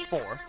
Four